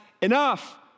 enough